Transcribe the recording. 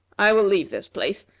i will leave this place.